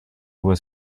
was